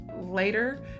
later